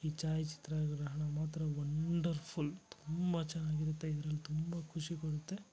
ಈ ಛಾಯಾಚಿತ್ರಗ್ರಹಣ ಮಾತ್ರ ವಂಡರ್ಫುಲ್ ತುಂಬ ಚೆನ್ನಾಗಿರುತ್ತೆ ಇದ್ರಲ್ಲಿ ತುಂಬ ಖುಷಿ ಕೊಡುತ್ತೆ